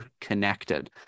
connected